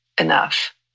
enough